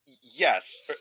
yes